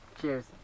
Cheers